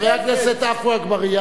חבר הכנסת עפו אגבאריה,